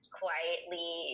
quietly